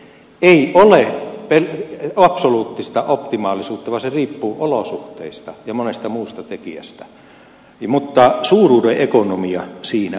ei ole absoluuttista optimaalisuutta vaan se riippuu olosuhteista ja monesta muusta tekijästä mutta suuruuden ekonomia siinä ei toimi